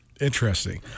Interesting